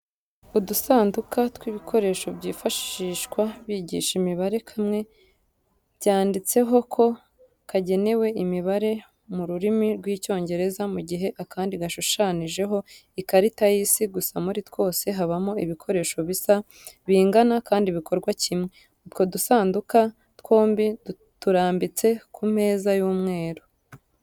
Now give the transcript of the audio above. Udusanduka tw'ibikoresho byifashishwa bigisha imibare kamwe byanditseho ko kagenewe imibare mu rurimi rw'Icyongereza mu gihe akandi gashushanijeho ikarita y'isi gusa muri twose habamo ibikoresho bisa, bingana, kandi bikora kimwe. Utwo dusanduka twombi turambitse ku meza y'umweru.